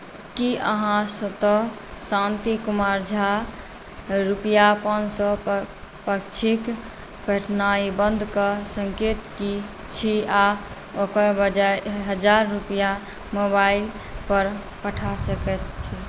की अहाँ स्वतः शान्ति कुमार झा रुपया पाँच सए पाक्षिक पठेनाइ बन्द कऽ सकैत छी आ ओकर बजाय एक हजार रुपैया मोबीक्विक पर पठा सकैत छी